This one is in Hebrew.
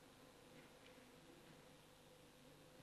אתה הצבעת, אבל לא נקלטה הצבעתך.